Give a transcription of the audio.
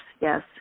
yes